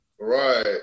Right